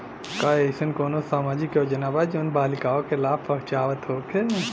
का एइसन कौनो सामाजिक योजना बा जउन बालिकाओं के लाभ पहुँचावत होखे?